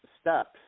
steps